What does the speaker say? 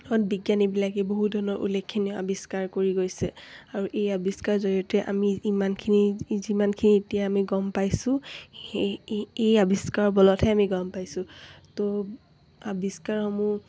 ত বিজ্ঞানীবিলাকে বহু ধৰণৰ উল্লেখীয় আৱিষ্কাৰ কৰি গৈছে আৰু এই আৱিষ্কাৰৰ জৰিয়তে আমি ইমানখিনি যিমানখিনি এতিয়া আমি গম পাইছোঁ সে এই আৱিষ্কাৰ বলতহে আমি গম পাইছোঁ ত' আৱিষ্কাৰসমূহ